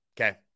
Okay